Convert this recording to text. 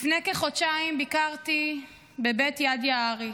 לפני כחודשיים ביקרתי בבית יד יערי,